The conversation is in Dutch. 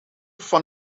van